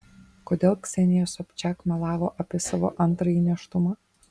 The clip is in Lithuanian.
kodėl ksenija sobčiak melavo apie savo antrąjį nėštumą